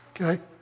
Okay